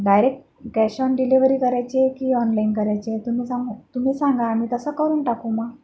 direct cash on delivery करायची आहे की ऑनलाईन करायची आहे तुम्ही सांगा तुम्ही सांगा आम्ही तसं करून टाकू मग